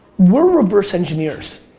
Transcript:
we're reverse engineers.